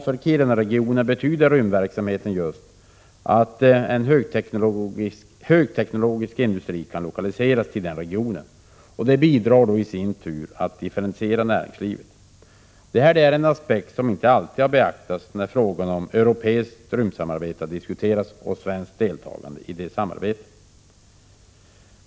För Kirunaregionen betyder rymdverksamheten att högteknologisk industri kan lokaliseras dit och därmed bidra till att differentiera näringslivet. Det är en aspekt som inte alltid har beaktats när frågorna om europeiskt rymdsamarbete och svenskt deltagande i det samarbetet diskuterats.